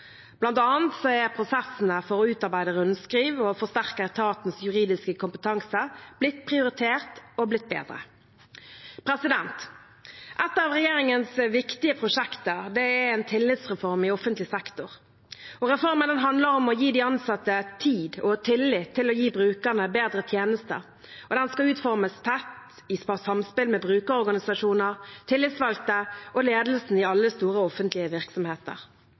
er prosessene for å utarbeide rundskriv og forsterke etatens juridiske kompetanse blitt prioritert og blitt bedre. Et av regjeringens viktige prosjekter er en tillitsreform i offentlig sektor. Reformen handler om å gi de ansatte tid og tillit til å gi brukerne bedre tjenester, og den skal utformes tett i samspill med brukerorganisasjoner, tillitsvalgte og ledelsen i alle store offentlige virksomheter.